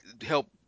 help